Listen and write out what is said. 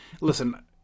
listen